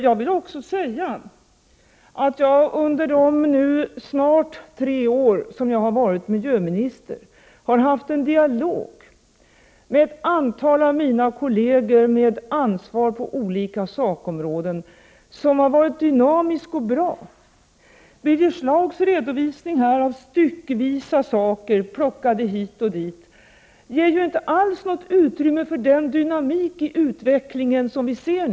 Jag vill också säga att jag under de snart tre år som jag varit miljöminister har haft en dynamisk och bra dialog med ett antal av mina kolleger som har ansvar för olika sakområden. Birger Schlaugs styckvisa redovisning här — han plockar litet här och där — ger ju inte alls något utrymme för den dynamik i utvecklingen som vi nu ser.